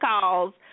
calls